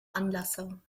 anlasser